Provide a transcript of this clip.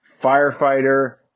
firefighter